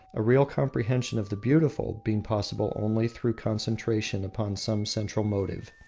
a real comprehension of the beautiful being possible only through concentration upon some central motive.